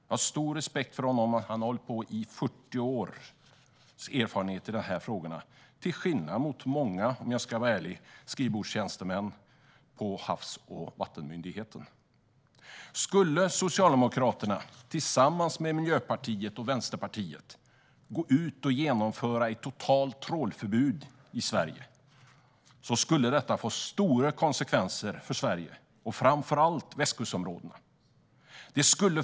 Jag har stor respekt för honom, som har 40 års erfarenhet av dessa frågor, till skillnad från många, om jag ska vara ärlig, skrivbordstjänstemän på Havs och vattenmyndigheten. Om Socialdemokraterna, tillsammans med Miljöpartiet och Vänsterpartiet, skulle genomföra ett totalt trålförbud i Sverige skulle det få stora konsekvenser för Sverige, framför allt för västkustområdena.